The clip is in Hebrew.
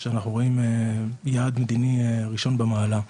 שאנחנו רואים כיעד מדיני ראשון במעלה.